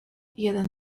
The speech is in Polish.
jeden